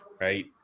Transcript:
right